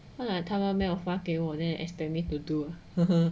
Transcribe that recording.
后来他们没有发给我 leh then expect me to do